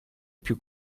più